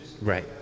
Right